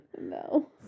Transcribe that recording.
No